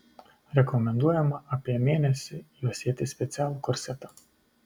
rekomenduojama apie mėnesį juosėti specialų korsetą